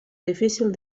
difícil